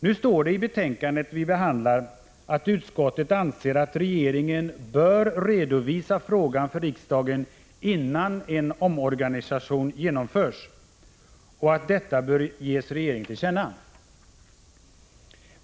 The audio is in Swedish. Nu står det i betänkandet som vi behandlar att utskottet anser att regeringen bör redovisa frågan för riksdagen innan en omorganisation genomförs och att detta bör ges regeringen till känna.